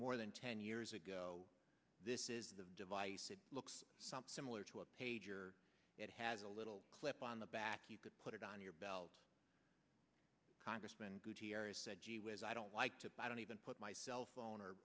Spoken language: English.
more than ten years ago this is a device that looks something similar to a pager it has a little clip on the back you could put it on your belt congressman gee whiz i don't like to i don't even put my cellphone or